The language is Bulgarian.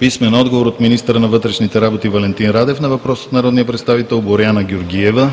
Веселин Марешки; - министъра на вътрешните работи Валентин Радев на въпрос от народния представител Боряна Георгиева;